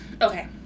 Okay